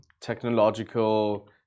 technological